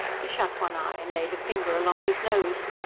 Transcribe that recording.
he shut one eye and laid a finger along his nose.